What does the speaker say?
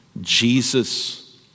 Jesus